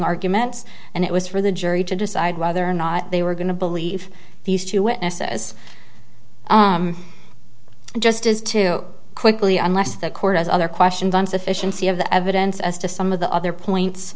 arguments and it was for the jury to decide whether or not they were going to believe these two witnesses just as too quickly unless the court has other questions on sufficiency of the evidence as to some of the other points